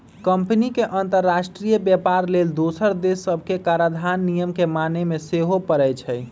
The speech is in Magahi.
कंपनी के अंतरराष्ट्रीय व्यापार लेल दोसर देश सभके कराधान नियम के माने के सेहो परै छै